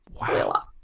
Wow